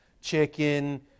chicken